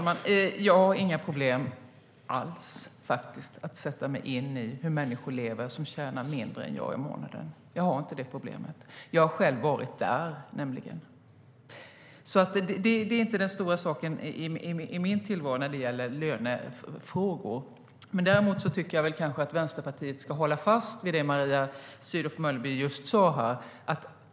Herr talman! Jag har inte alls några problem att sätta mig in i hur människor lever som tjänar mindre i månaden än jag. Jag har inte det problemet. Jag har själv varit där, nämligen. Det är inte den stora saken i min tillvaro när det gäller lönefrågor. Däremot tycker jag kanske att Vänsterpartiet ska hålla fast vid det Mia Sydow Mölleby just sa.